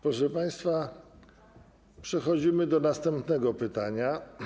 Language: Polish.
Proszę państwa, przechodzimy do następnego pytania.